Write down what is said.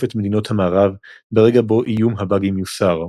את מדינות המערב ברגע בו איום הבאגים יוסר.